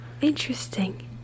Interesting